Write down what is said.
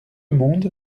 monde